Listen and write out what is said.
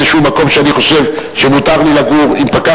מאיזה מקום שאני חושב שמותר לי לגור בו,